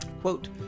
Quote